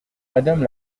madame